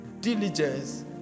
diligence